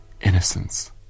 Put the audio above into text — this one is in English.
innocence